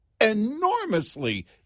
enormously